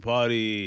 Party